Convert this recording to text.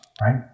right